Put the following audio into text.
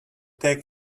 take